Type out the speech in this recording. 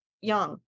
young